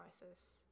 crisis